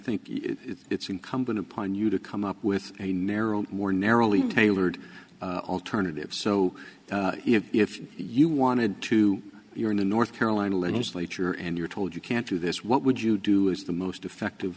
think it's incumbent upon you to come up with a narrow more narrowly tailored alternative so if you wanted to you're in a north carolina legislature and you're told you can't do this what would you do is the most effective